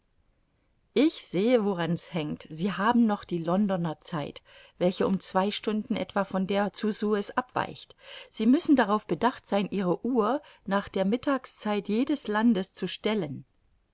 ich sehe woran's hängt sie haben noch die londoner zeit welche um zwei stunden etwa von der zu suez abweicht sie müssen darauf bedacht sein ihre uhr nach der mittagszeit jedes landes zu stellen